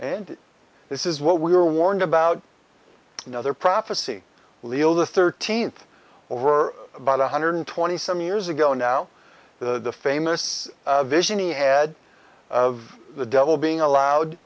and this is what we were warned about another prophecy leo the thirteenth or about one hundred twenty some years ago now the famous vision he had of the devil being allowed